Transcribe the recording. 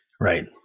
Right